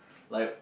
like